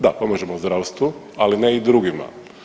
Da, pomažemo zdravstvu ali ne i drugima.